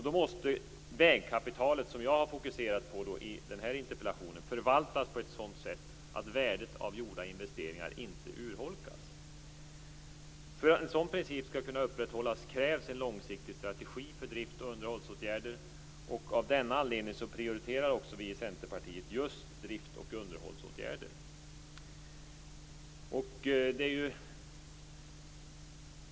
Då måste vägkapitalet, som jag har fokuserat på i den här interpellationen, förvaltas på ett sådant sätt att värdet av gjorda investeringar inte urholkas. För att en sådan princip skall kunna upprätthållas krävs en långsiktig strategi för drifts och underhållsåtgärder. Av den anledningen prioriterar också vi i Centerpartiet just drifts och underhållsåtgärder.